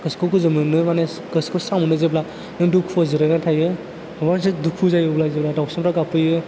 गोसोखौ गोजोन मोनो मानि गोसोखौ स्रां मोनो जेब्ला नों दुखुवाव जिरायना थायो माबा मोनसे दुखु जायो अब्ला जेब्ला दाउसिनफ्रा गाबफैयो